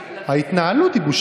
הרי אם מנסור עבאס לא היה,